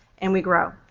and we grow.